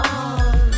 on